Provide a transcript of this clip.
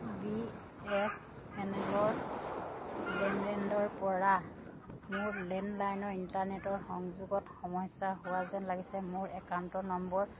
B S N L ব্ৰডবেণ্ডৰপৰা মোৰ landline internet সংযোগত সমস্যা হোৱা যেন লাগিছে মোৰ একাউণ্ট নম্বৰ